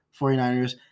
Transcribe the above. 49ers